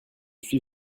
suis